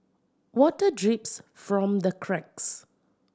water drips from the cracks